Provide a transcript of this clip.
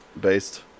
based